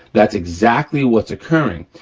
that's exactly what's occurring.